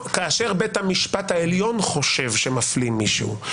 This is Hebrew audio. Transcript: כאשר בית המשפט העליון חושב שמפלים מישהו,